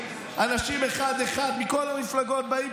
אנשים אחד-אחד מכל המפלגות באים,